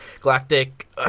Galactic